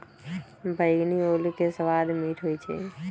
बइगनी ओल के सवाद मीठ होइ छइ